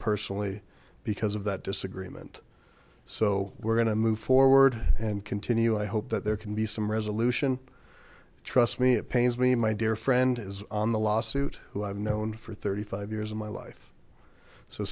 personally because of that disagreement so we're going to move forward and continue i hope that there can be some resolution trust me it pains me my dear friend is on the lawsuit who i've known for thirty five years of my life so